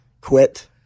quit